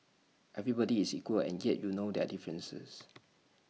everybody is equal and yet you know their differences